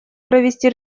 провести